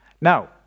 Now